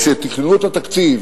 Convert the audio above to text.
כשתכננו את התקציב,